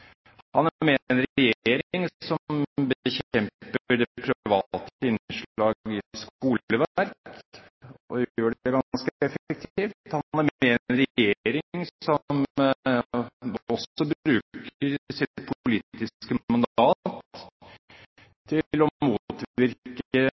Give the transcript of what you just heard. Han er med i en regjering som bekjemper private innslag i skoleverket, og gjør det ganske effektivt. Han er med i en regjering som også bruker sitt politiske